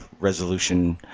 resolution